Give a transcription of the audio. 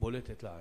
בולטת לעין.